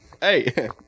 Hey